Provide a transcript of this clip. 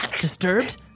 disturbed